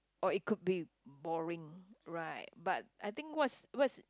or it could be boring right but I think what's what's